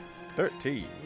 Thirteen